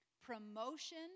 promotion